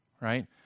right